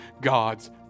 God's